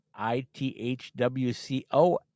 ithwco